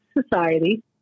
society